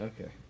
Okay